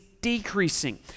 decreasing